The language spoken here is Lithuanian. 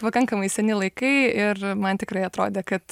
pakankamai seni laikai ir man tikrai atrodė kad